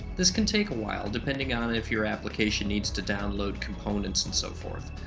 this can take awhile depending on if your application needs to download components and so forth.